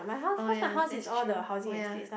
oh ya that's true